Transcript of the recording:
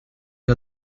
une